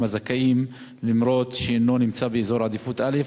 הזכאים למרות שאינו נמצא באזור עדיפות א',